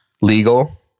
Legal